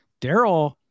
Daryl